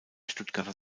stuttgarter